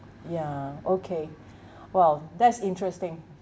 ya okay well that's interesting